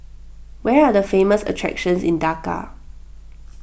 where are the famous attractions in Dhaka